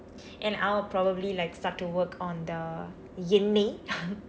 and I'll probably like start to work on the எண்ணெய்:ennay